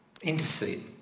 Intercede